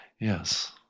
Yes